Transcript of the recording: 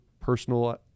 personal